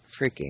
freaking